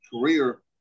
career